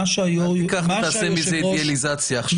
אל תיקח ותעשה מזה אידיאליזציה עכשיו.